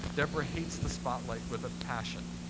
deborah hates the spotlight with a passion.